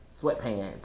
sweatpants